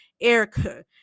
Erica